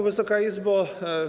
Wysoka Izbo!